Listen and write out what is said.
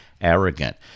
arrogant